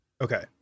Okay